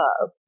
love